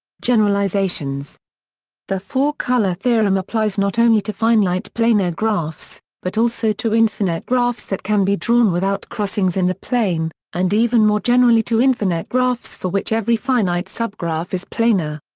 generalizations the four-color theorem applies not only to finite planar graphs, but also to infinite graphs that can be drawn without crossings in the plane, and even more generally to infinite graphs for which every finite subgraph is planar.